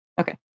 Okay